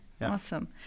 Awesome